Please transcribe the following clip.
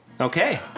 Okay